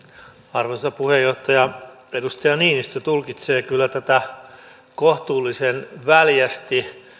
arvoisa puheenjohtaja edustaja niinistö tulkitsee kyllä kohtuullisen väljästi